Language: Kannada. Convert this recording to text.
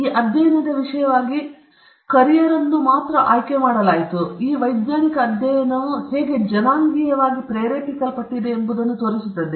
ಆದ್ದರಿಂದ ಈ ಅಧ್ಯಯನದ ವಿಷಯವಾಗಿ ಕರಿಯರನ್ನು ಮಾತ್ರ ಆಯ್ಕೆ ಮಾಡಲಾಯಿತು ಈ ವೈಜ್ಞಾನಿಕ ಅಧ್ಯಯನವು ಹೇಗೆ ಜನಾಂಗೀಯವಾಗಿ ಪ್ರೇರೇಪಿಸಲ್ಪಟ್ಟಿದೆ ಎಂಬುದನ್ನು ತೋರಿಸುತ್ತದೆ